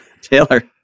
Taylor